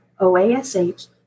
OASH